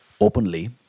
openly